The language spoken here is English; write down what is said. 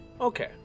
Okay